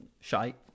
shite